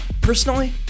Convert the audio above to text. Personally